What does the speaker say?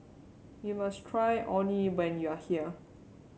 you must try Orh Nee when you are here